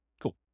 Cool